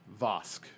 Vosk